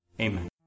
Amen